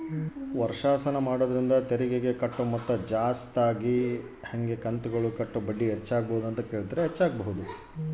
ವರ್ಷಾಶನ ಮಾಡೊದ್ರಿಂದ ತೆರಿಗೆಗೆ ಕಟ್ಟೊ ಮೊತ್ತ ಜಾಸ್ತಗಿ ಹಂಗೆ ಕಂತುಗುಳಗ ಕಟ್ಟೊ ಬಡ್ಡಿಕೂಡ ಹೆಚ್ಚಾಗಬೊದು